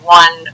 one